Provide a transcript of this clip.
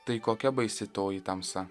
tai kokia baisi toji tamsa